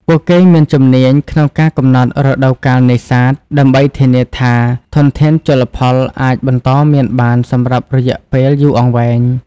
ពួកគេមានជំនាញក្នុងការកំណត់រដូវកាលនេសាទ ដើម្បីធានាថាធនធានជលផលអាចបន្តមានបានសម្រាប់រយៈពេលយូរអង្វែង។